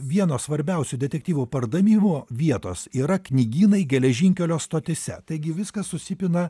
vieno svarbiausių detektyvų pardavimo vietos yra knygynai geležinkelio stotyse taigi viskas susipina